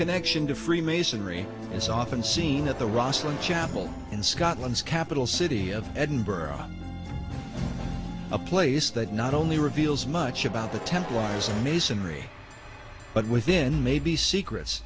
connection to freemasonry is often seen at the rosslyn chapel in scotland's capital city of edinburgh on a place that not only reveals much about the templars and masonry but within maybe secrets